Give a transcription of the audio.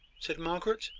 said margaret,